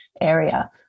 area